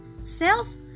self